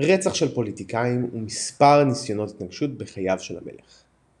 רצח של פוליטיקאים ומספר ניסיונות התנקשות בחייו של המלך.